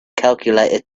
calculator